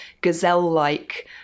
gazelle-like